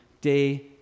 day